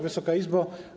Wysoka Izbo!